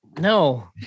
no